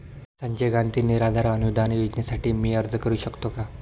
संजय गांधी निराधार अनुदान योजनेसाठी मी अर्ज करू शकतो का?